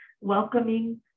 Welcoming